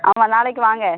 ஆமாம் நாளைக்கு வாங்க